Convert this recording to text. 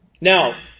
Now